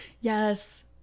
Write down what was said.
Yes